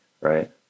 Right